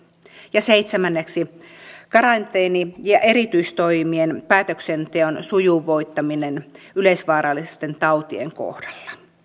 ja seitsemänneksi karanteeni ja eristystoimien päätöksenteon sujuvoittaminen yleisvaarallisten tautien kohdalla tämä